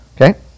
Okay